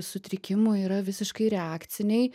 sutrikimų yra visiškai reakciniai